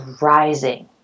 rising